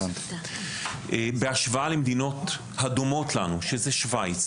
בהשוואה למדינות הדומות לנו שוויץ,